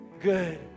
good